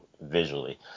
visually